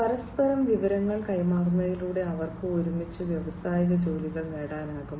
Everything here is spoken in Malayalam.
പരസ്പരം വിവരങ്ങൾ കൈമാറുന്നതിലൂടെ അവർക്ക് ഒരുമിച്ച് വ്യാവസായിക ജോലികൾ നേടാനാകും